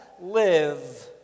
live